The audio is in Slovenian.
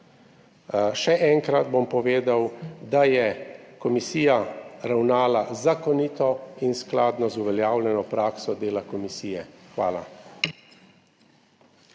Še enkrat bom povedal, da je komisija ravnala zakonito in skladno z uveljavljeno prakso dela komisije. Hvala.